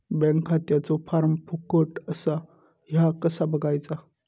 Bank खात्याचो form फुकट असा ह्या कसा बगायचा?